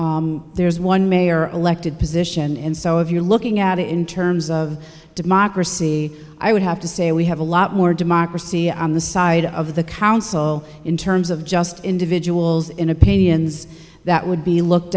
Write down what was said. there's one mayor elected position and so if you're looking at it in terms of democracy i would have to say we have a lot more democracy on the side of the council in terms of just individuals in opinions that would be looked